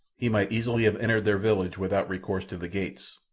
he might easily have entered their village without recourse to the gates,